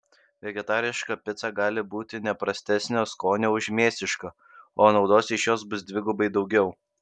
vegetariška pica gali būti ne prastesnio skonio už mėsišką o naudos iš jos bus dvigubai daugiau